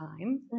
time